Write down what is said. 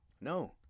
No